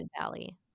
Valley